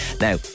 Now